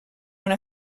una